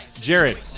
Jared